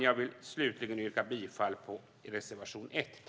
Jag vill slutligen yrka bifall till reservation 1.